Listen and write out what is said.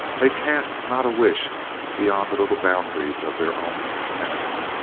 they cast not a wish beyond the little boundaries of their own tenement.